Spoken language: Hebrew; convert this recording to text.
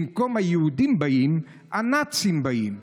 במקום "היהודים באים" "הנאצים באים".